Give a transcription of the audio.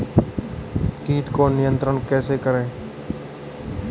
कीट को नियंत्रण कैसे करें?